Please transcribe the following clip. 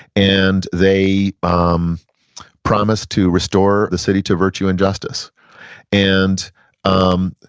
and they um promised to restore the city to virtue and justice. and um